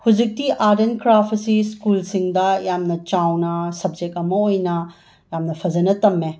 ꯍꯧꯖꯤꯛꯇꯤ art and craft ꯑꯁꯤ ꯁ꯭ꯀꯨꯜꯁꯤꯡꯗ ꯌꯥꯝꯅ ꯆꯥꯎꯅ ꯁꯞꯖꯦꯛ ꯑꯃ ꯑꯣꯏꯅ ꯌꯥꯝꯅ ꯐꯖꯅ ꯇꯝꯃꯦ